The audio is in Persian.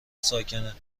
ساکن